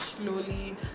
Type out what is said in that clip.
slowly